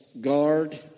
guard